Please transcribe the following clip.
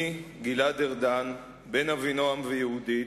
אני, גלעד ארדן, בן אבינועם ויהודית,